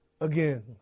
again